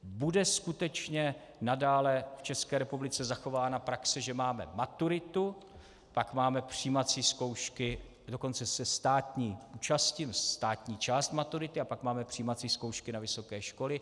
Bude skutečně nadále v České republice zachována praxe, že máme maturitu, pak máme přijímací zkoušky dokonce se státní účastí, státní část maturity, a pak máme přijímací zkoušky na vysoké školy.